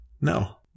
No